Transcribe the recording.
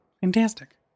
fantastic